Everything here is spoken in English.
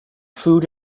food